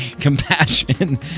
compassion